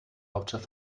hauptstadt